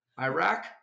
Iraq